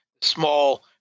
Small